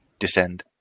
descend